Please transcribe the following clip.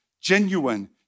genuine